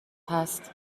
هست